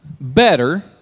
better